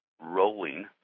rolling